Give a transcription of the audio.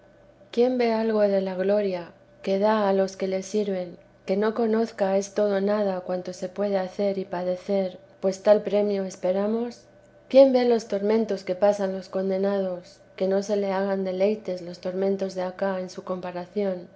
quién ve algo de la gloria que da a los que le sirven que no conozca es todo nada cuanto se puede hacer y padecer pues tal premio esperamos quién ve los tormentos que pasan los condenados que no se le hagan deleites los tormentos de acá en su comparación